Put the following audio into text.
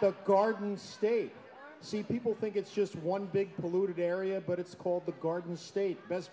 the garden state see people think it's just one big polluted area but it's called the garden state best